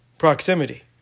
Proximity